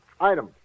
Item